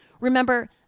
Remember